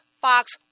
Fox